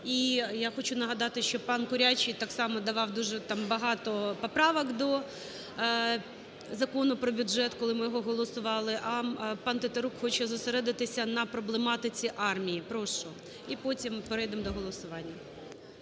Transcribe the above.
І я хочу нагадати, що пан Курячий так само давав дуже там багато поправок до Закону про бюджет, коли ми його голосували, а пан Тетерук хоче зосередитися на проблематиці армії. Прошу, і потім перейдемо до голосування.